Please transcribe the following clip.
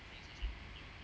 mm